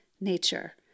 nature